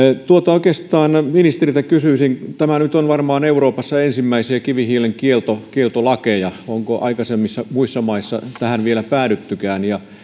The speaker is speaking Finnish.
oikeastaan ministeriltä kysyisin kun tämä nyt varmaan on euroopassa ensimmäisiä kivihiilen kieltolakeja niin onko aikaisemmin muissa maissa tähän vielä päädyttykään ja